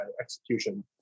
execution